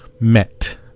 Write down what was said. met